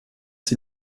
sie